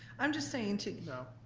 i'm just saying to no.